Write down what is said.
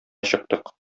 чыктык